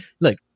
look